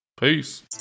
Peace